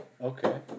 Okay